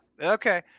okay